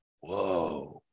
whoa